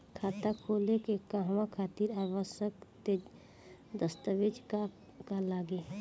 खाता खोले के कहवा खातिर आवश्यक दस्तावेज का का लगी?